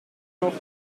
noch